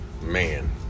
Man